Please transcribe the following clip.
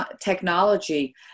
technology